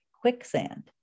quicksand